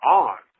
on